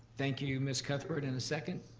thank you, ms. cuthbert. and a second?